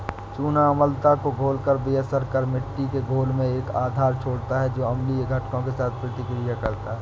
चूना अम्लता को घोलकर बेअसर कर मिट्टी के घोल में एक आधार छोड़ता है जो अम्लीय घटकों के साथ प्रतिक्रिया करता है